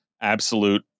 absolute